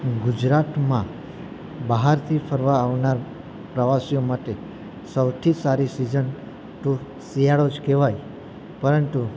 ગુજરાતમાં બહારથી ફરવા આવનાર પ્રવાસીઓ માટે સૌથી સારી સિઝન તો શિયાળો જ કહેવાય પરંતુ